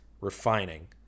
refining